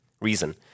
Reason